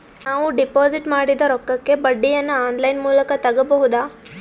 ನಾವು ಡಿಪಾಜಿಟ್ ಮಾಡಿದ ರೊಕ್ಕಕ್ಕೆ ಬಡ್ಡಿಯನ್ನ ಆನ್ ಲೈನ್ ಮೂಲಕ ತಗಬಹುದಾ?